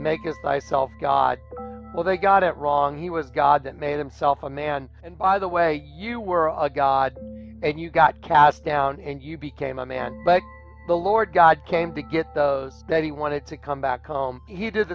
myself god well they got it wrong he was god and made himself a man and by the way you were a god and you got cast down and you became a man but the lord god came to get those that he wanted to come back home he did